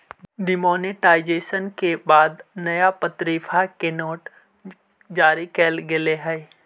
demonetisation के बाद नया प्तरीका के नोट जारी कैल गेले हलइ